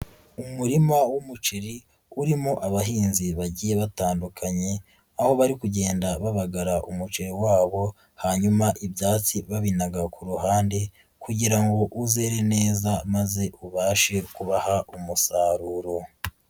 Umurima w'umuceri urimo abahinzi bagiye batandukanye, aho bari kugenda babagara umuceri wabo hanyuma ibyatsi babinaga ku ruhande kugira ngo uzere neza maze ubashe kubaha umusaruro.